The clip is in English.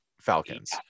Falcons